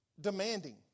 demanding